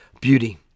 beauty